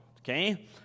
Okay